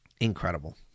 Incredible